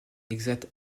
exact